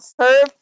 serve